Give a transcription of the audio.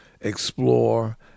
explore